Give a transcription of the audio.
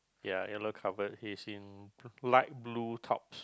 ya yellow covered he's in light blue tops